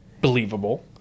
believable